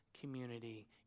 community